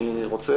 אני רוצה,